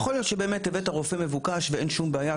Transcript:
יכול להיות שבאמת הבאת רופא מבוקש ואין שום בעיה,